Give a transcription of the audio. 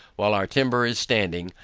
while our timber is standing,